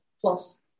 plus